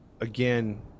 again